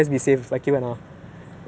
but just be safe you should have put [what]